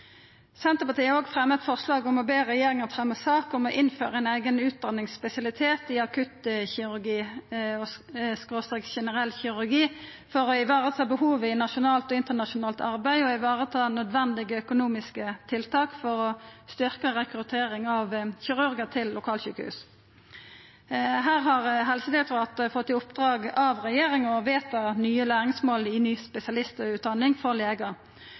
Senterpartiet har òg fremja eit forslag om å be regjeringa fremja sak om å innføra ein eigen utdanningsspesialitet i akuttkirurgi/generell kirurgi for å vareta behov i nasjonalt og internasjonalt arbeid og vareta nødvendige økonomiske tiltak for å styrkja rekrutteringa av kirurgar til lokalsjukehus. Her har Helsedirektoratet fått i oppdrag av regjeringa å vedta nye læringsmål i ny spesialistutdanning for legar.